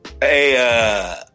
Hey